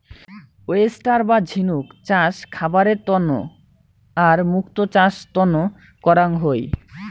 oyster বা ঝিনুক চাষ খাবারের তন্ন আর মুক্তো চাষ তন্ন করাং হই